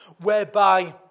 whereby